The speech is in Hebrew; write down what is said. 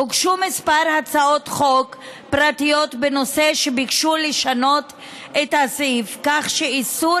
הוגשו כמה הצעות חוק פרטיות בנושא שביקשו לשנות את הסעיף כך שאיסור